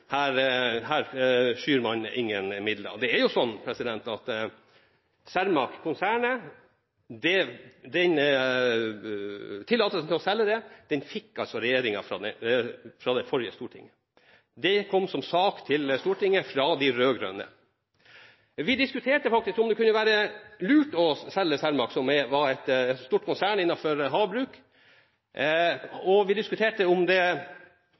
her skyr man ingen midler. Tillatelsen til å selge Cermaq-konsernet fikk regjeringen fra det forrige storting – det kom som sak til Stortinget fra de rød-grønne. Vi diskuterte faktisk om det kunne være lurt å selge Cermaq, som var et stort konsern innenfor havbruk. Vi diskuterte om vi bare skulle kvitte oss med det,